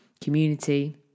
community